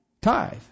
tithe